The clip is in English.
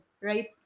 right